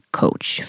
coach